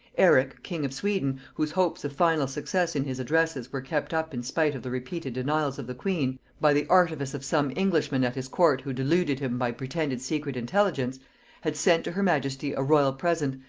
eric king of sweden whose hopes of final success in his addresses were kept up in spite of the repeated denials of the queen, by the artifice of some englishmen at his court who deluded him by pretended secret intelligence had sent to her majesty a royal present,